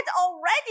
already